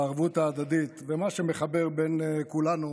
הערבות ההדדית ומה שמחבר בין כולנו,